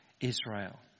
Israel